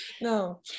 no